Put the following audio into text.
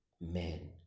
men